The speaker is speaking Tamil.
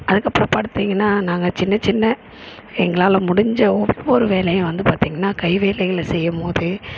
அதுக்கு அப்புறம் பார்த்தீங்கன்னா நாங்கள் சின்னச்சின்ன எங்களால் முடிஞ்ச ஒவ்வொரு வேலையை வந்து பார்த்தீங்கன்னா கை வேலைகளை செய்யும் போது